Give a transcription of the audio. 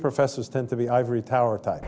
professors tend to be ivory tower type